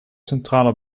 centrale